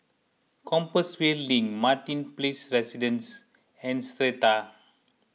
Compassvale Link Martin Place Residences and Strata